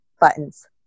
buttons